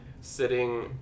sitting